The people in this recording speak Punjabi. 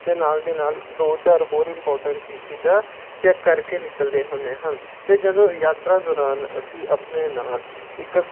ਅਤੇ ਨਾਲ ਦੀ ਨਾਲ ਦੋ ਚਾਰ ਹੋਰ ਇੰਪੋਰਟੈਂਟ ਚੀਜ਼ਾਂ ਚੈੱਕ ਕਰ ਕੇ ਨਿਕਲਦੇ ਹੁੰਦੇ ਹਨ ਤੇ ਜਦੋਂ ਯਾਤਰਾ ਦੌਰਾਨ ਅਸੀਂ ਆਪਣੇ ਨਾਲ ਇੱਕ